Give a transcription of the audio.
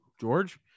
George